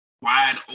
wide